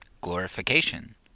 glorification